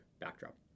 backdrop